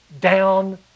down